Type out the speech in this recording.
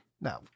no